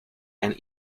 and